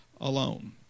alone